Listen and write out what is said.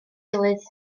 gilydd